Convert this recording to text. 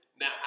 Now